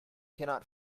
cannot